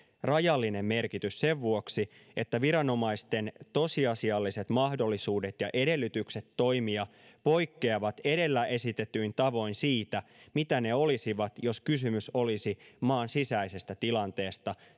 rajallinen merkitys sen vuoksi että viranomaisten tosiasialliset mahdollisuudet ja edellytykset toimia poikkeavat edellä esitetyin tavoin siitä mitä ne olisivat jos kysymys olisi maan sisäisestä tilanteesta